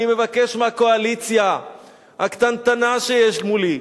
אני מבקש מהקואליציה הקטנטנה שיש מולי,